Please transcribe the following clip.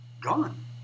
gone